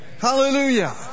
Hallelujah